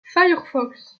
firefox